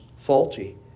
faulty